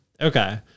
Okay